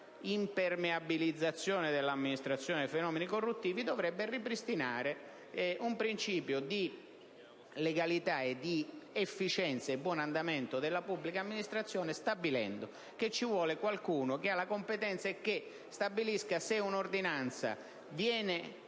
impermeabilizzazione dell'amministrazione ai fenomeni corruttivi, per coerenza dovrebbe ripristinare un principio di legalità, efficienza e buon andamento della pubblica amministrazione, stabilendo che è necessario che qualcuno abbia la competenza di stabilire se un'ordinanza viene